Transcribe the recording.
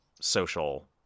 social